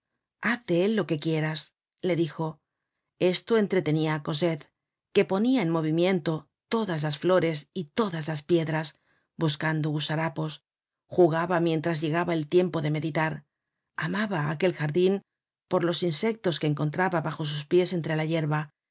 de él lo que quieras le dijo esto entretenia á cosette que ponia en movimiento todas las flores y todas las piedras buscando gusarapos jugaba mientras llegaba el tiempo de meditar amaba aquel jardin por los insectos que encontraba bajo sus pies entre la yerba